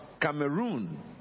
Cameroon